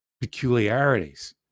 peculiarities